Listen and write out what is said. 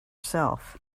self